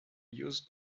used